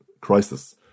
crisis